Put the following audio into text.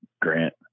Grant